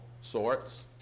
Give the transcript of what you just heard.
sorts